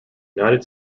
united